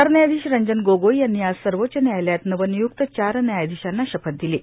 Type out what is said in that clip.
सरन्यायाधीश रंजन गोगोई यांनी आज सर्वाच्च न्यायालयात नर्वानयुक्त चार न्यायाधीशांना शपथ ादलो